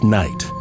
night